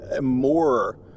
more